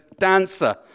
dancer